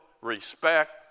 respect